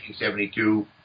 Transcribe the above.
1972